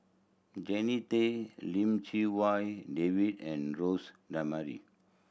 Jannie Tay Lim Chee Wai David and Jose D'Almeida